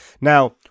Now